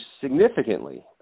significantly